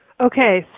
Okay